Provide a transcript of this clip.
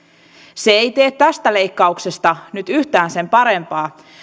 se ei tee tästä leikkauksesta nyt yhtään sen parempaa